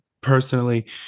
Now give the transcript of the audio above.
personally